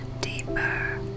deeper